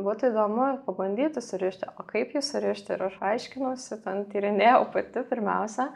būtų įdomu pabandyti surišti o kaip jį surišti ir aš aiškinausi ten tyrinėjau pati pirmiausia